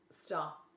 stop